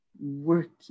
working